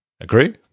Agree